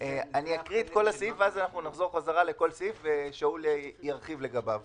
אני אקריא את כל הסעיף ונחזור חזרה לכל סעיף ושאול ירחיב לגביו